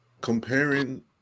comparing